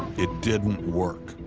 it didn't work.